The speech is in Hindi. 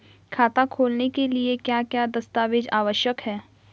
खाता खोलने के लिए क्या क्या दस्तावेज़ आवश्यक हैं?